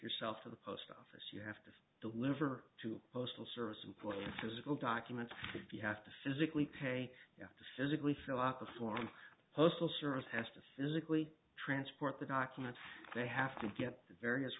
yourself to the post office you have to deliver to a postal service employees physical documents if you have to physically pay you have to physically fill out the form postal service has to physically transport the document they have to get the various